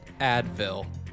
Advil